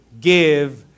give